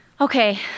okay